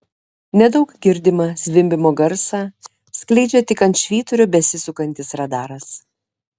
nedaug girdimą zvimbimo garsą skleidžia tik ant švyturio besisukantis radaras